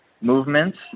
movements